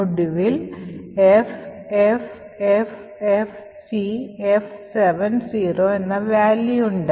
ഒടുവിൽ FFFFCF70 എന്ന value ഉണ്ട്